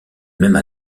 même